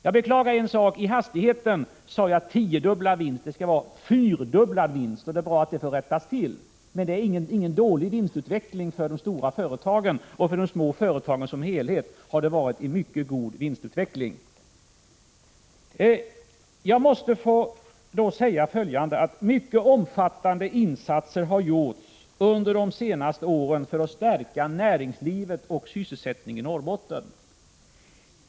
Jag beklagar att jag i hastigheten sade tiodubblad vinst, det skall vara fyrdubblad vinst. Det är bra att detta rättas till. Men det är ingen dålig vinstutveckling för de stora företagen. För de små företagen som helhet har det varit en mycket god vinstutveckling. Mycket omfattande insatser har gjorts under de senaste åren för att stärka näringslivet och sysselsättningen i Norrbotten.